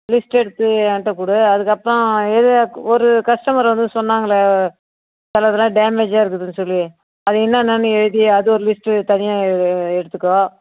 list எடுத்து ஏன்கிட்ட கொடு அதற்கப்பறம் எது ஒரு கஸ்டமர் வந்து சொன்னாங்களே சில இதெலாம் டேமேஜாக இருக்குதுன்னு சொல்லி அது என்னான்னன்னு எழுதி அது ஒரு லிஸ்ட்டு தனியாக எடுத்துக்கோ